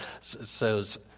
says